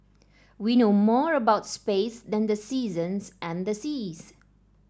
we know more about space than the seasons and the seas